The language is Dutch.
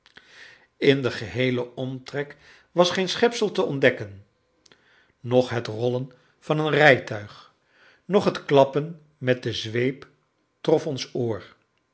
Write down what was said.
in den geheelen omtrek was geen schepsel te ontdekken noch het rollen van een rijtuig noch het klappen met de zweep trof ons oor